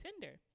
Tinder